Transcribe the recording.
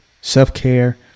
self-care